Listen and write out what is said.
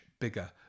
bigger